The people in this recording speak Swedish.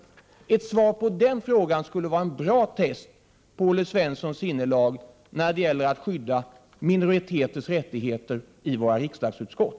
Ett svar på den frågan skulle vara ett bra test på Olle Svenssons sinnelag när det gäller att skydda minoriteters rättigheter i våra riksdagsutskott.